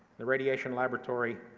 the radiation laboratory